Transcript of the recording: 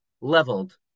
leveled